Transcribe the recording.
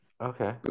Okay